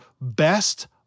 Best